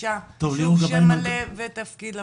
שם מלא ותפקיד לפרוטוקול.